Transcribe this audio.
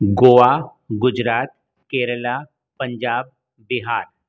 Goa Gujarat Kerala Punjab Bihar